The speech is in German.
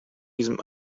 diesem